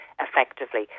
effectively